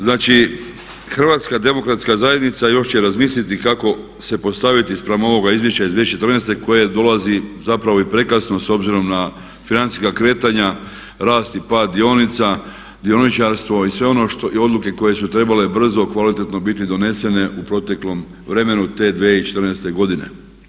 Znači HDZ još će razmisliti kako se postaviti spram ovog izvješća iz 2014. koje dolazi zapravo i prekasno s obzirom na financijska kretanja, rast i pad dionica, dioničarstvo i sve ono odluke koje su trebale brzo, kvalitetno biti donesene u proteklom vremenu te 2014.godine.